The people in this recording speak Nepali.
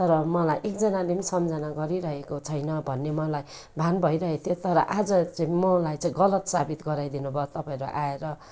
तर मलाई एकजनाले पनि सम्झना गरिरहेको छैन भन्ने मलाई भान भइरहेको थियो तर आज चाहिँ मलाई चाहिँ गलत साबित गराइदिनु भयो तपाईँहरू आएर